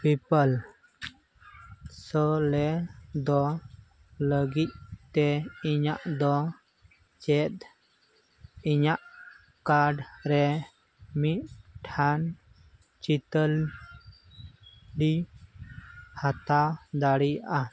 PayPal ᱥᱮᱞᱮᱫᱚᱜ ᱞᱟᱹᱜᱤᱫᱛᱮ ᱤᱧᱫᱚ ᱪᱮᱫ ᱤᱧᱟᱹᱜ ᱠᱟᱨᱰ ᱨᱮ ᱢᱤᱫᱴᱟᱝ ᱪᱤᱛᱟᱹᱨᱤᱧ ᱦᱟᱛᱟᱣ ᱫᱟᱲᱮᱭᱟᱜᱼᱟ